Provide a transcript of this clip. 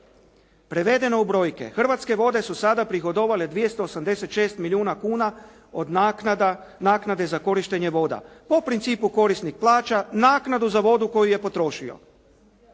Prevedeno u brojke. Hrvatske vode su sada prihodovale 286 milijuna kuna od naknade za korištenje voda po principu korisnik plaća naknadu za vodu koju je potrošio.